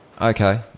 Okay